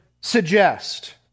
suggest